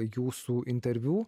jūsų interviu